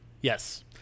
Yes